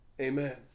Amen